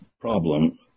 problem